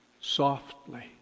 Softly